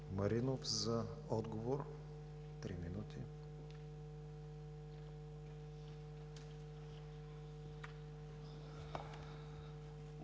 Маринов, за отговор – три минути.